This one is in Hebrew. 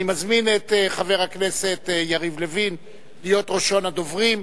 אני מזמין את חבר הכנסת יריב לוין להיות ראשון הדוברים.